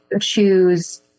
choose